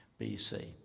BC